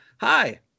Hi